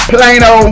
Plano